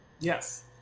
Yes